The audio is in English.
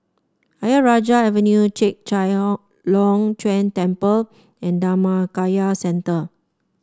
Ayer Rajah Avenue Chek Chai Ong Long Chuen Temple and Dhammakaya Centre